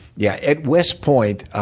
yeah at west point,